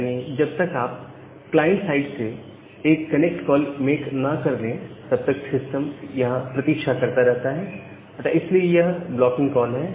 यानी जब तक आप क्लाइंट साइड से एक कनेक्ट कॉल मेक ना कर ले तब तक सिस्टम यहां प्रतीक्षा करता रहता है अतः इसलिए यह एक ब्लॉकिंग कॉल है